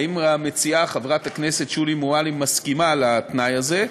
האם המציעה חברת הכנסת שולי מועלם מסכימה לתנאי הזה?